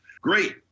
great